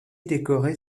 décoré